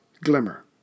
glimmer